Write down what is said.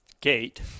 gate